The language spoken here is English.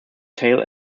tail